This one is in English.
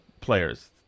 players